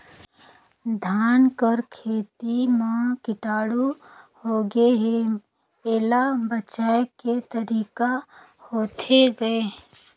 धान कर खेती म कीटाणु होगे हे एला बचाय के तरीका होथे गए?